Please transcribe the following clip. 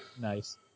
nice